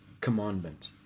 commandment